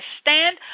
stand